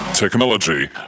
Technology